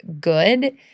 good